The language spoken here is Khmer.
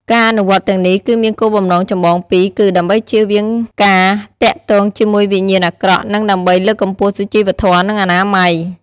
ការអនុវត្តទាំងនេះគឺមានគោលបំណងចម្បងពីរ គឺ ដើម្បីជៀសវាងការទាក់ទងជាមួយវិញ្ញាណអាក្រក់ និង ដើម្បីលើកកម្ពស់សុជីវធម៌ និងអនាម័យ ។